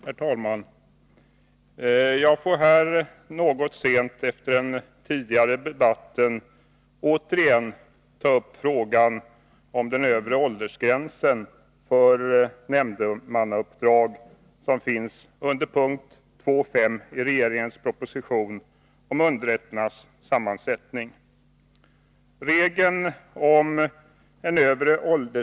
Herr talman! Jag får här något sent efter den tidigare debatten återigen ta upp frågan om den övre åldersgränsen för nämndemannauppdrag, som finns under punkt 2.5 i regeringens proposition om underrätternas sammansättning.